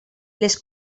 les